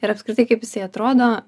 ir apskritai kaip jisai atrodo